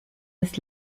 des